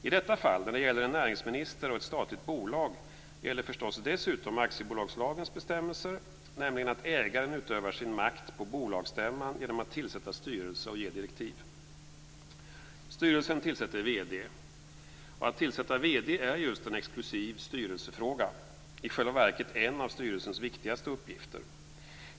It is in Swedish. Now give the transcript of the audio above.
I detta fall, när det handlar om en näringsminister och ett statligt bolag, gäller förstås dessutom aktiebolagslagens bestämmelser, nämligen att ägaren utövar sin makt på bolagsstämman genom att tillsätta styrelse och ge direktiv. Styrelsen tillsätter vd. Att tillsätta vd är just en exklusiv styrelsefråga, i själva verket en av styrelsens viktigaste uppgifter.